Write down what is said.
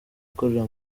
ikorera